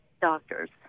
doctors